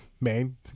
main